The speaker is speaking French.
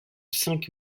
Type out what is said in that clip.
cinq